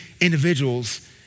individuals